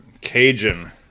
Cajun